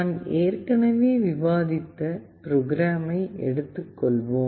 நான் ஏற்கனவே விவாதித்த ப்ரோக்ராமை எடுத்துகொள்வோம்